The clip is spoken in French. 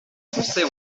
français